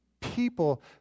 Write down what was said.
people